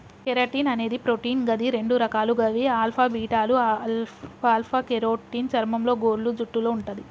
keratin అనేది protein గది రెండు రకాలు గవి ఆల్ఫా, బీటాలు ఆల్ఫ కెరోటిన్ చర్మంలో, గోర్లు, జుట్టులో వుంటది